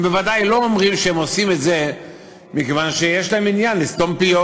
הם בוודאי לא אומרים שזה מכיוון שיש להם עניין לסתום פיות.